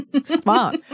Smart